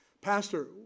Pastor